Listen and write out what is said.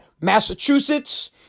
Massachusetts